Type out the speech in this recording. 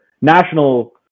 national